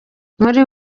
muri